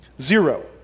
Zero